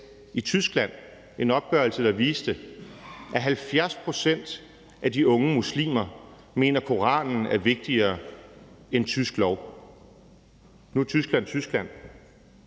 i Tyskland en opgørelse, der viste, at 70 pct. af de unge muslimer mener, at Koranen er vigtigere end tysk lov. Nu Tyskland Tyskland,